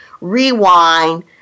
rewind